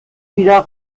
wieder